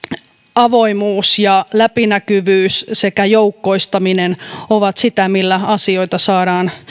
avoimuus ja läpinäkyvyys sekä joukkoistaminen ovat sitä millä asioita saadaan